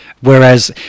whereas